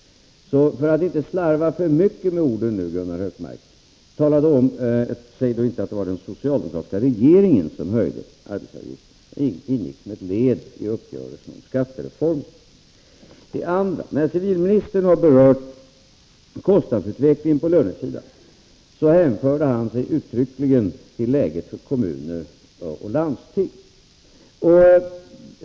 Slarva inte för mycket med orden, Gunnar Hökmark, och säg inte att det var den socialdemokratiska regeringen som höjde arbetsgivaravgiften! Höjningen ingick som ett led i uppgörelsen om skattereformen. För det andra: När civilministern berörde kostnadsutvecklingen på lönesidan hänförde han sig uttryckligen till läget för kommuner och landsting.